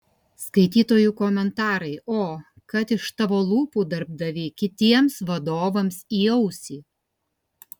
skaitytojų komentarai o kad iš tavo lūpų darbdavy kitiems vadovams į ausį